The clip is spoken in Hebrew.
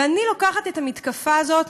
ואני לוקחת את המתקפה הזאת,